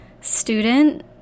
student